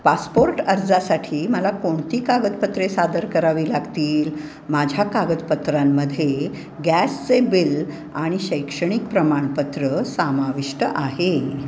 passport अर्जासाठी मला कोणती कागदपत्रे सादर करावी लागतील माझ्या कागदपत्रांमध्ये गॅसचे बिल आणि शैक्षणिक प्रमाणपत्र समाविष्ट आहे